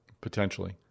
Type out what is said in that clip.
potentially